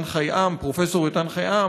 פרופ' איתן חי-עם,